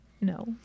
No